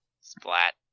Splat